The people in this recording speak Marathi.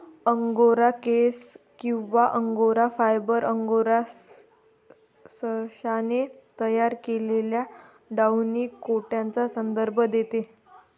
अंगोरा केस किंवा अंगोरा फायबर, अंगोरा सशाने तयार केलेल्या डाउनी कोटचा संदर्भ देते